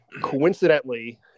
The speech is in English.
Coincidentally